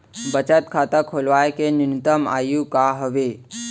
बचत खाता खोलवाय के न्यूनतम आयु का हवे?